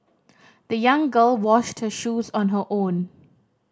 the young girl washed her shoes on her own